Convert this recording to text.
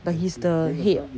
but he's the head